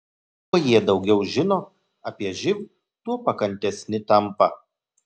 kuo jie daugiau žino apie živ tuo pakantesni tampa